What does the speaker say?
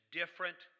different